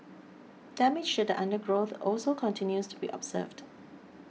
damage show the undergrowth also continues to be observed